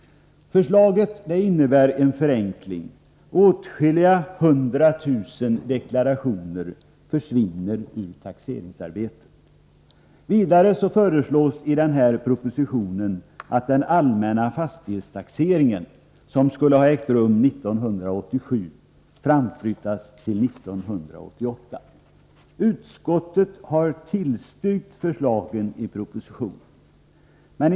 Förslaget innebär en förenkling. Åtskilliga hundratusen deklarationer försvinner ur taxeringsarbetet. Vidare föreslås i denna proposition att den allmänna fastighetstaxering som skulle ha ägt rum 1987 framflyttas till 1988. Utskottet har tillstyrkt förslagen i propositionen.